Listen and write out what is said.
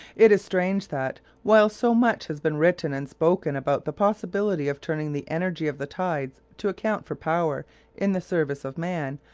it is strange that, while so much has been written and spoken about the possibility of turning the energy of the tides to account for power in the service of man,